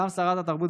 גם שרת התרבות,